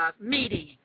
meeting